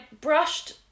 brushed